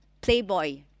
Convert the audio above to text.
playboy